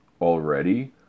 already